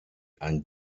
and